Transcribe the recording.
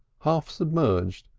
half submerged,